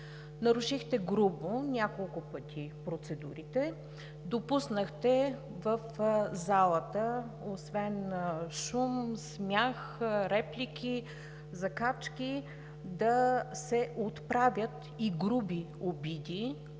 Нарушихте грубо няколко пъти процедурите, допуснахте в залата освен шум, смях, реплики, закачки да се отправят и груби обиди